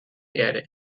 erde